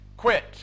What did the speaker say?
quit